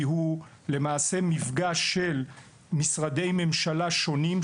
הוא למעשה מפגע של משרדי ממשלה שונים,